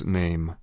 name